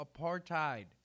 apartheid